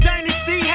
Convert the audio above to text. Dynasty